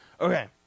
Okay